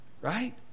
Right